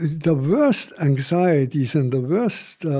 the worst anxieties and the worst